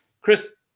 Chris